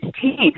team